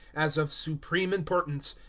as of supreme importance,